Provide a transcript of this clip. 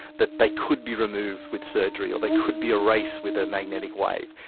that they could be removed with surgery or they could be erased with a magnetic wave,